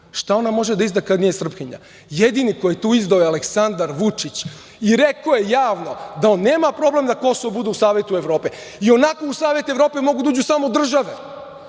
Šta ona može da izda kada nije srpkinja? Jedini koji je tu izdao je Aleksandar Vučić i rekao je javno da on nema problem da Kosovo bude u Savetu Evrope, ionako u Savet Evrope mogu da uđu samo države,